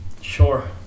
sure